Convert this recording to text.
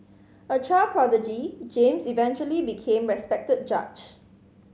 a child prodigy James eventually became a respected judge